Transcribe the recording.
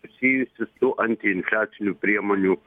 susijusi su anti infliacinių priemonių